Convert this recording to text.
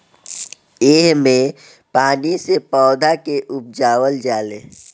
एह मे पानी से पौधा के उपजावल जाले